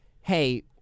hey